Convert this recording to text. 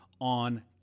on